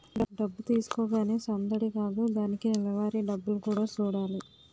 డబ్బు తీసుకోగానే సందడి కాదు దానికి నెలవారీ డబ్బులు కూడా సూడాలి